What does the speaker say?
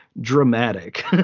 dramatic